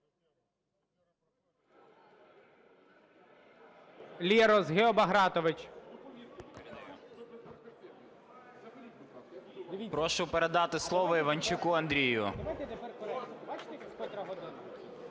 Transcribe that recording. Прошу передати слово Іванчуку Андрію.